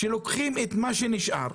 שלוקחים את מה שנשאר.